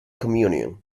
communion